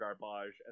garbage